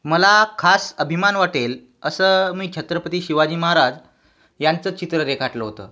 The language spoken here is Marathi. मला खास अभिमान वाटेल असं मी छत्रपती शिवाजी महाराज यांचं चित्र रेखाटलं होतं